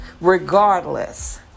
regardless